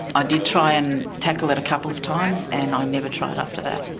ah did try and tackle it a couple of times and i never tried after that.